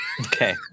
Okay